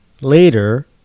later